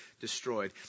destroyed